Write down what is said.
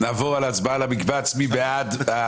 נעבור להצבעה על המקבץ 166 176. מי בעד?